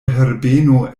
herbeno